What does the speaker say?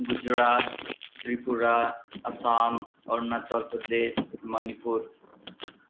Gujarat Tripura Assam Arunachal Pradesh Manipur